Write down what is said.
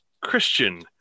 Christian